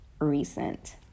Recent